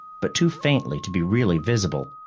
but too faintly to be really visible.